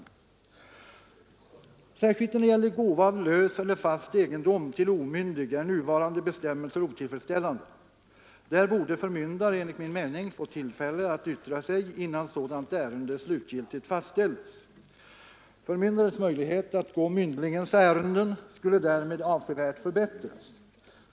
I synnerhet när det gäller gåva av lös eller fast egendom till omyndig är nuvarande bestämmelser otillfredsställande. Där borde överförmyndare enligt min mening få tillfälle att yttra sig, innan sådant ärende slutgiltigt fastställes. Förmyndares möjlighet att gå myndlingens ärenden skulle därmed avsevärt förbättras.